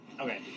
Okay